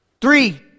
Three